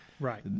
Right